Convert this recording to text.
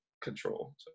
control